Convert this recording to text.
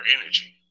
energy